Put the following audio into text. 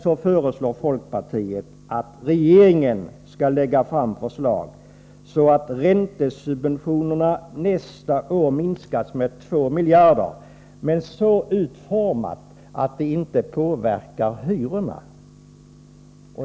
Vidare föreslår folkpartiet att regeringen skall lägga fram förslag som leder till att räntesubventionerna nästa år minskas med 2 miljarder kronor, men så utformade att denna minskning inte påverkar hyrorna.